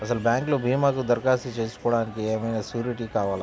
అసలు బ్యాంక్లో భీమాకు దరఖాస్తు చేసుకోవడానికి ఏమయినా సూరీటీ కావాలా?